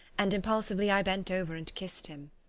and impulsively i bent over and kissed him.